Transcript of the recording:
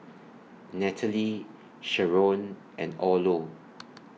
Nataly Sharron and Orlo